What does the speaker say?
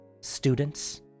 Students